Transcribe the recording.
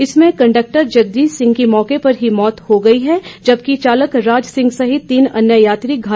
इसमें कंडक्टर जगदीश सिंह की मौके पर ही मौत हो गई जबकि चालक राज सिंह सहित तीन अन्य यात्री घायल हुए हैं